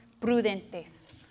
prudentes